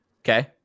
Okay